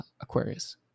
Aquarius